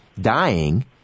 dying